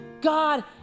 God